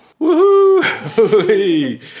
Woohoo